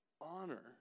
Honor